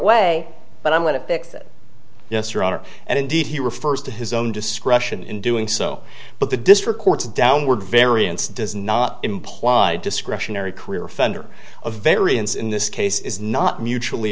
way but i'm going to fix it yes your honor and indeed he refers to his own discretion in doing so but the district court's downward variance does not imply discretionary career offender a variance in this case is not mutually